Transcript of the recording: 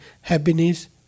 happiness